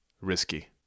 risky